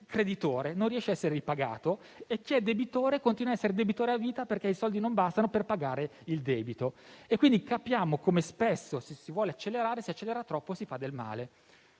non riesce a essere ripagato e chi è debitore continua ad essere debitore a vita, perché i soldi non bastano per pagare il debito. Capiamo quindi che, come spesso accade, se si vuole accelerare troppo, si fa del male.